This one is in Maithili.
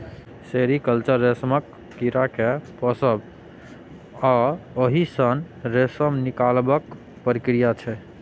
सेरीकल्चर रेशमक कीड़ा केँ पोसब आ ओहि सँ रेशम निकालबाक प्रक्रिया छै